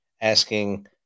asking